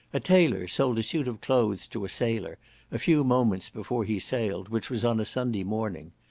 a tailor sold a suit of clothes to a sailor a few moments before he sailed, which was on a sunday morning.